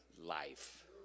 life